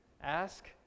Ask